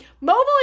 mobile